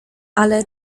ale